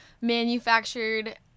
manufactured